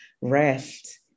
rest